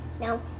No